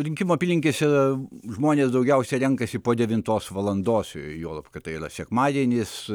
rinkimų apylinkėse žmonės daugiausia renkasi po devintos valandos juolab kad tai yra sekmadienis